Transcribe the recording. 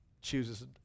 chooses